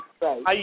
right